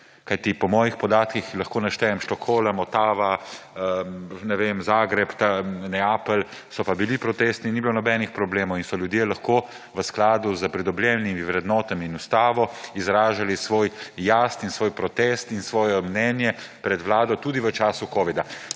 Kajti, po mojih podatkih − lahko naštejem Stockholm, Ottawa, ne vem, Zagreb, Neapelj − so pa bili protesti in ni bilo nobenih problemov in so ljudje lahko v skladu s pridobljenimi vrednotami in ustavo izražali svoj jaz in svoj protest in svoje mnenje pred vlado, tudi v času covida.